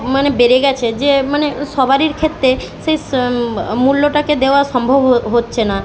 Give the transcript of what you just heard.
মানে বেড়ে গিয়েছে যে মানে সবারই ক্ষেত্রে সেই স্ মূল্যটাকে দেওয়া সম্ভব হ হচ্ছে না